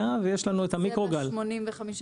ויש יש לנו את המיקרוגל -- זה ב-85%?